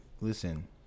listen